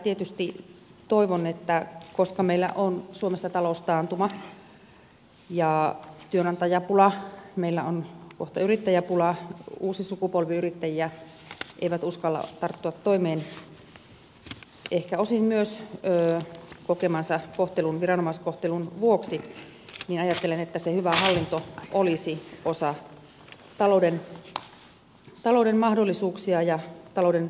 tietysti toivon että koska meillä on suomessa taloustaantuma ja työnantajapula ja meillä on kohta yrittäjäpula uusi sukupolvi yrittäjiä ei uskalla tarttua toimeen ehkä osin myös kokemansa viranomaiskohtelun vuoksi niin ajattelen että se hyvä hallinto olisi osa talouden mahdollisuuksia ja talouden tuotantopotentiaalia